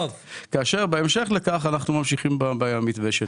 כאשר בהמשך לכך אנחנו ממשיכים במתווה.